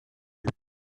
the